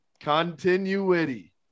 continuity